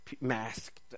masked